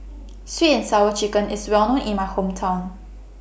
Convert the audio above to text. Sweet and Sour Chicken IS Well known in My Hometown